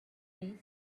based